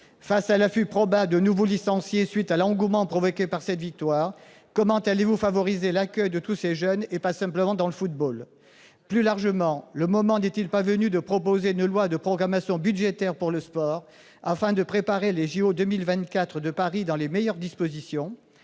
face à l'afflux probable de nouveaux licenciés à la suite de l'engouement provoqué par cette victoire, comment allez-vous favoriser l'accueil de tous ces jeunes, et pas seulement dans le football ? Plus largement, le moment n'est-il pas venu de proposer un projet de loi de programmation budgétaire pour le sport, afin de préparer les jeux Olympiques de 2024 à Paris dans les meilleures dispositions,